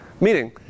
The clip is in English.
Meaning